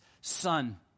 Son